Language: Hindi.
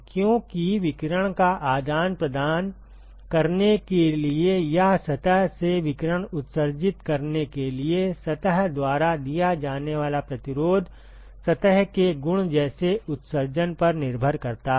क्योंकि विकिरण का आदान प्रदान करने के लिए या सतह से विकिरण उत्सर्जित करने के लिए सतह द्वारा दिया जाने वाला प्रतिरोध सतह के गुण जैसे उत्सर्जन पर निर्भर करता है